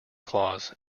claus